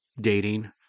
dating